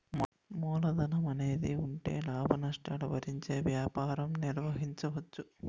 మూలధనం అనేది ఉంటే లాభనష్టాలను భరించే వ్యాపారం నిర్వహించవచ్చు